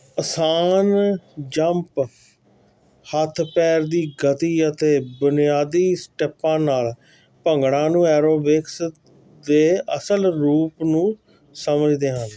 ਅਸਾਨ ਜੰਪ ਹੱਥ ਪੈਰ ਦੀ ਗਤੀ ਅਤੇ ਬੁਨਿਆਦੀ ਸਟੈਪਾਂ ਨਾਲ ਭੰਗੜਾ ਨੂੰ ਐਰੋਬਿਕਸ ਦੇ ਅਸਲ ਰੂਪ ਨੂੰ ਸਮਝਦੇ ਹਨ